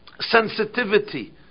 sensitivity